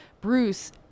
Bruce